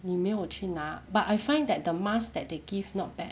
你没有去拿 but I find that the mask that they give not bad